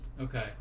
Okay